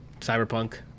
Cyberpunk